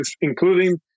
including